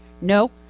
No